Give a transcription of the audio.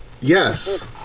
Yes